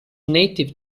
native